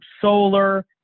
solar